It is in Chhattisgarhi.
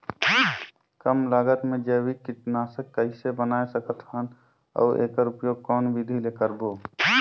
कम लागत मे जैविक कीटनाशक कइसे बनाय सकत हन अउ एकर उपयोग कौन विधि ले करबो?